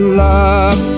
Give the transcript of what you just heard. love